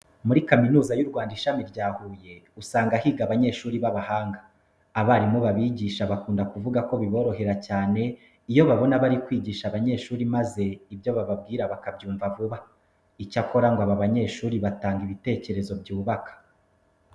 Muri Kaminuza y'u Rwanda, Ishami rya Huye usanga higa abanyeshuri b'abahanga. Abarimu babigisha bakunda kuvuga ko biborohera cyane iyo babona bari kwigisha abanyeshuri maze ibyo bababwira bakabyumva vuba. Icyakora ngo aba banyeshuri batanga ibitekerezo byubaka.